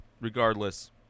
regardless